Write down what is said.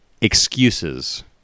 Excuses